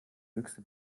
höchste